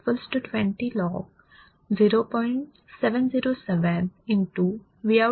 म्हणून 3 dB equals to 20log0